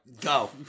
Go